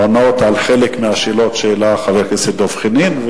עונים על חלק מהשאלות שהעלה חבר הכנסת דב חנין.